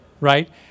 right